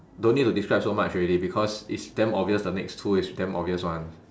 don't need to describe so much already because it's damn obvious the next two is damn obvious [one]